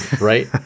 Right